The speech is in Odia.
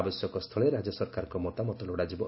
ଆବଶ୍ୟକସ୍ତୁଳେ ରାକ୍ୟ ସରକାରଙ୍କ ମତାମତ ଲୋଡ଼ାଯିବ